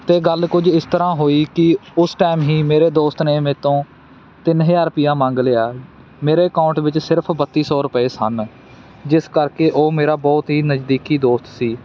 ਅਤੇ ਗੱਲ ਕੁਝ ਇਸ ਤਰ੍ਹਾਂ ਹੋਈ ਕਿ ਉਸ ਟਾਈਮ ਹੀ ਮੇਰੇ ਦੋਸਤ ਨੇ ਮੇਰੇ ਤੋਂ ਤਿੰਨ ਹਜ਼ਾਰ ਰੁਪਈਆ ਮੰਗ ਲਿਆ ਮੇਰੇ ਅਕਾਊਂਟ ਵਿੱਚ ਸਿਰਫ ਬੱਤੀ ਸੌ ਰੁਪਏ ਸਨ ਜਿਸ ਕਰਕੇ ਉਹ ਮੇਰਾ ਬਹੁਤ ਹੀ ਨਜ਼ਦੀਕੀ ਦੋਸਤ ਸੀ